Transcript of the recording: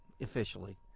Officially